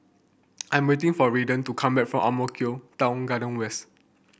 I'm waiting for Ryley to come back from Ang Mo Kio Town Garden West